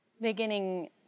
Beginning